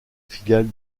filiale